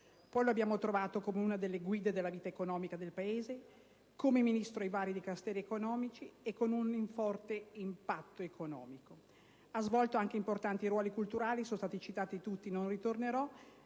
Poi lo abbiamo trovato come una delle guide della vita economica del Paese, come Ministro di vari Dicasteri economici o con un forte impatto economico. Ha svolto anche importanti ruoli culturali, che sono stati tutti citati e sui quali non ritornerò.